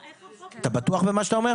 אתה בטוח במה שאתה אומר?